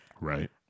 Right